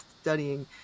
studying